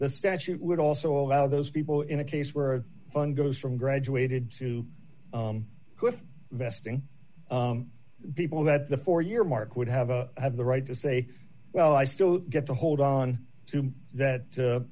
the statute would also allow those people in a case where fun goes from graduated to vesting people that the four year mark would have a have the right to say well i still get to hold on to that